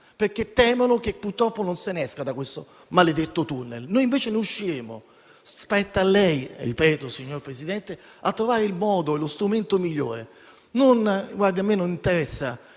perché temono che purtroppo non si esca da questo maledetto tunnel. Noi invece ne usciremo. Spetta a lei - ripeto, signor Presidente - trovare il modo e lo strumento migliore. A me non interessa